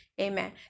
Amen